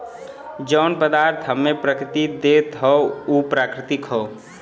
जौन पदार्थ हम्मे प्रकृति देत हौ उ प्राकृतिक हौ